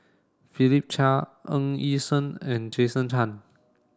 Philip Chia Ng Yi Sheng and Jason Chan